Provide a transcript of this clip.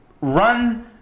run